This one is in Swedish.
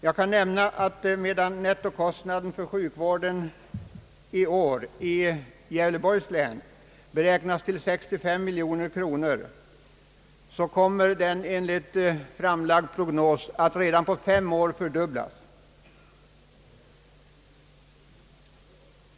Jag kan nämna att medan nettokostnaden för sjukvård i Gävleborgs län under innevarande år beräknas till 65 miljoner kronor, kommer den att fördubblas redan efter fem år enligt den prognos som framlagts.